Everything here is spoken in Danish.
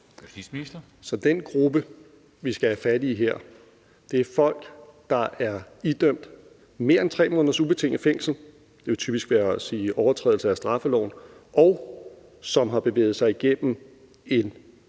den gruppe, vi skal have fat i her, er folk, der er idømt mere end 3 måneders ubetinget fængsel – det vil typisk sige